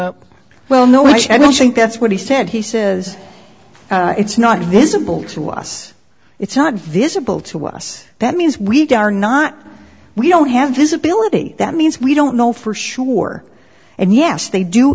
up well no i don't think that's what he said he says it's not visible to us it's not visible to us that means we are not we don't have visibility that means we don't know for sure and yes they do